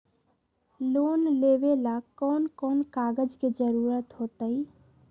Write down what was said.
Loan लेवेला कौन कौन कागज के जरूरत होतई?